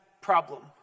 problem